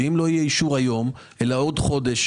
שאם לא יהיה אישור היום אלא בעוד חודש,